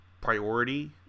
Priority